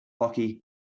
hockey